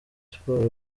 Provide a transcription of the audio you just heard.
sports